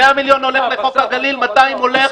100 מיליון הולך לחוק הגליל, 200 מיליון הולך